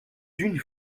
d’une